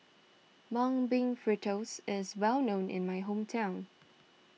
Mung Bean Fritters is well known in my hometown